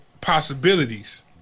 possibilities